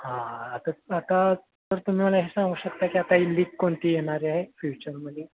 हा आता आता तर तुम्ही मला हे सांगू शकता की आताही लीक कोणती येणार आहे फ्युचरमध्ये